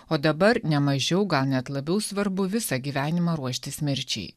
o dabar ne mažiau gal net labiau svarbu visą gyvenimą ruoštis mirčiai